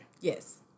Yes